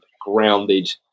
grounded